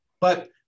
But-